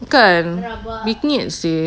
kan begini ah seh